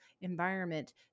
environment